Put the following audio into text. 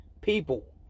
people